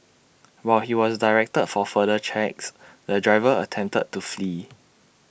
while he was directed for further checks the driver attempted to flee